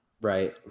right